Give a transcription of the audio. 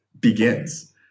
begins